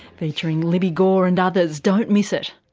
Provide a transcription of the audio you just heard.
featuring libbi gorr and others, don't miss it